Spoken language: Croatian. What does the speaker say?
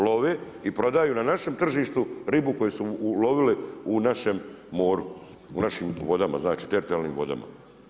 Love i prodaju na našem tržištu ribu koju su ulovili u našem moru, u našim vodama, znači teritorijalnim vodama.